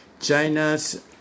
China's